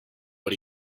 but